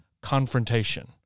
confrontation